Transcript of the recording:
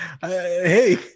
hey